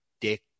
dick